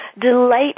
Delight